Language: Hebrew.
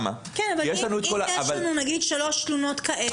אם היו 3 תלונות כאלה?